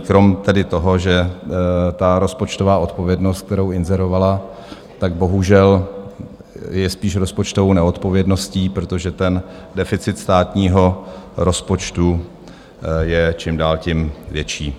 Krom tedy toho, že ta rozpočtová odpovědnost, kterou inzerovala, bohužel je spíš rozpočtovou neodpovědností, protože ten deficit státního rozpočtu je čím dál tím větší.